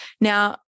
Now